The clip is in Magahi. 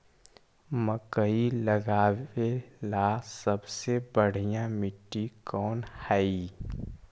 मकई लगावेला सबसे बढ़िया मिट्टी कौन हैइ?